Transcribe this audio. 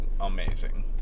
amazing